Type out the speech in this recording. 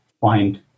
find